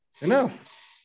Enough